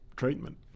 treatment